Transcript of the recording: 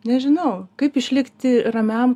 nežinau kaip išlikti ramiam